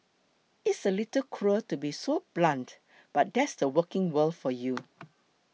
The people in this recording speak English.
it's a little cruel to be so blunt but that's the working world for you